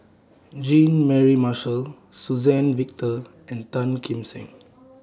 Jean Mary Marshall Suzann Victor and Tan Kim Seng